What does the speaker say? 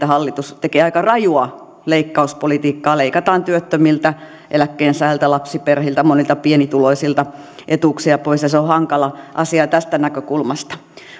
hallitus tekee aika rajua leikkauspolitiikkaa leikataan työttömiltä eläkkeensaajilta lapsiperheiltä monilta pienituloisilta etuuksia pois ja se on hankala asia tästä näkökulmasta